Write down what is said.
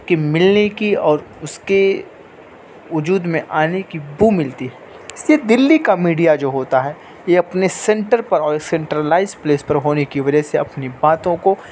کے ملنے کی اور اس کے وجود میں آنے کی بو ملتی ہے صرف دلی کا میڈیا جو ہوتا ہے یہ اپنے سنٹر پر اور سنٹرلائز پلیس پر ہونے کی وجہ سے اپنی باتوں کو